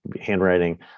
handwriting